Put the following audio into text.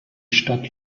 stadt